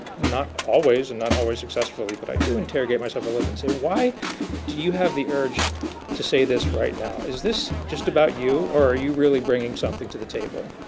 not always and not always successfully but i do interrogate myself a little and say why do you have the urge to say this right now. is this just about you or are you really bringing something to the table.